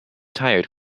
tired